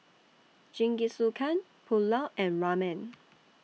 Jingisukan Pulao and Ramen